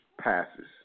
Passes